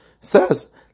says